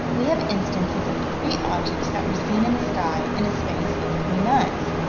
we have instances of three objects that were seen in the sky in a space of three months,